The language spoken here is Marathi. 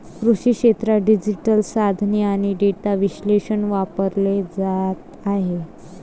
कृषी क्षेत्रात डिजिटल साधने आणि डेटा विश्लेषण वापरले जात आहे